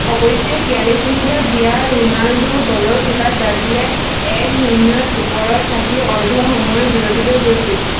অৱশ্যে তিৰাল্লিছ মিনিটত দিয়া ৰোনাল্ডোৰ গ'লৰ কৃপাত ব্ৰাজিলে এক শূন্য ওপৰত থাকি অৰ্ধ সময়ৰ বিৰতিলৈ গৈছিল